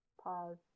Pause